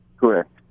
Correct